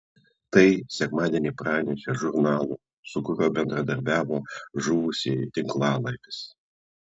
tai sekmadienį pranešė žurnalo su kuriuo bendradarbiavo žuvusieji tinklalapis